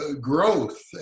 growth